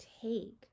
take